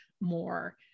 more